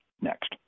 Next